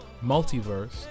Multiverse